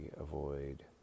avoid